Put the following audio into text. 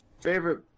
favorite